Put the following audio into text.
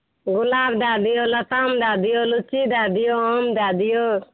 गुलाब दए दियौ लताम दए दियौ लीची दए दियौ आम दए दियौ